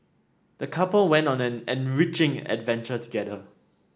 the couple went on an enriching adventure together